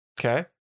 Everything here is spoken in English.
Okay